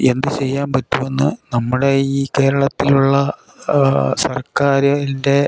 എന്ത് ചെയ്യാൻ പറ്റുമെന്ന് നമ്മുടെ ഈ കേരളത്തിലുള്ള സർക്കാരിൻ്റെ